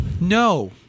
No